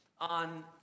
on